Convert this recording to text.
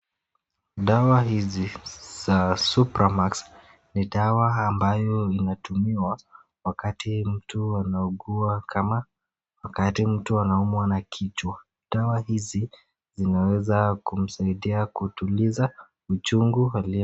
Dawa hizi za supra max ni dawa ambayo inatumiwa wakati mtu anaumwa na kichwa. Dawa hizi zinaweza kumsaidia kutuliza uchungu pale